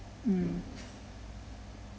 mm